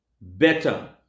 better